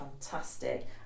fantastic